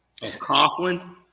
Coughlin